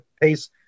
pace